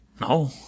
No